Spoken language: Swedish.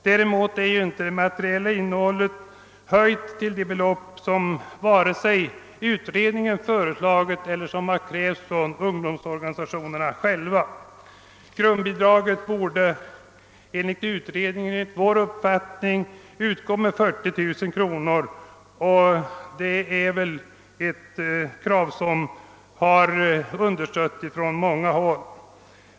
Beloppen har dock inte höjts till den nivå som vare sig utredningen eller ungdomsorganisationerna föreslagit. Grundbidraget borde enligt utredningen och vår uppfattning utgå med 40000 kronor och detta förslag har stötts på många håll.